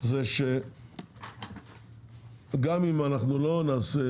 זה שגם אם אנחנו לא נעשה